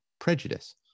prejudice